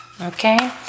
okay